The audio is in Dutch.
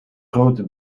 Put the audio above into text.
grote